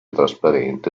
trasparente